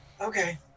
Okay